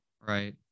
Right